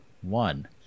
one